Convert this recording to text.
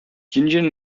union